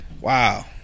Wow